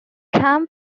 camp